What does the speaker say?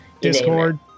Discord